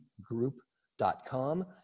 group.com